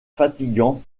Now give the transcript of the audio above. fatigants